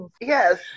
yes